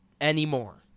anymore